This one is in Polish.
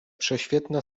prześwietna